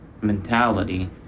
mentality